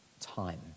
time